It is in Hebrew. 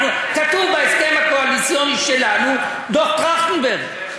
כתוב בהסכם הקואליציוני שלנו: דוח טרכטנברג.